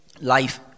Life